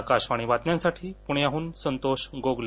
आकाशवाणी बातम्यांसाठी पुण्याहून संतोष गोगले